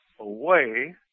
away